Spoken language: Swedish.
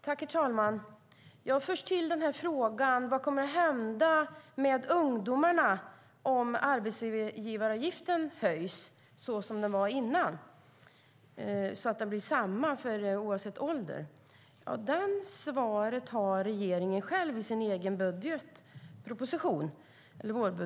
Herr talman! Först till frågan om vad som kommer att hända med ungdomarna om arbetsgivaravgiften höjs till vad den var innan, så att den bli samma oavsett ålder? Det svaret har regeringen själv i vårpropositionen.